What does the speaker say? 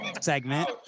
segment